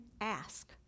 ask